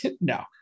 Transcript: no